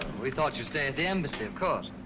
we thought you'd stay at the embassy of course.